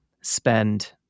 spend